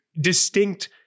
distinct